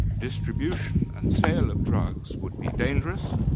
distribution, and sale of drugs would be dangerous,